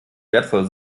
wertvoll